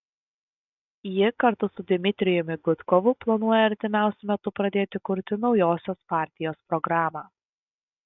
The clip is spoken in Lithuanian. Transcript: ji kartu su dmitrijumi gudkovu planuoja artimiausiu metu pradėti kurti naujosios partijos programą